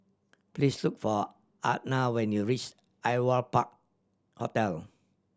please look for Atha when you reach Aliwal Park Hotel